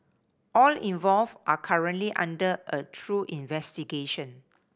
all involved are currently under a through investigation